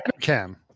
cam